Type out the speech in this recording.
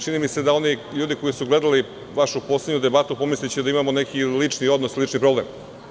Čini mi se da oni ljudi koji su gledali vašu poslednju debatu, pomisliće da imamo neki lični odnos i lični problem.